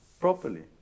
properly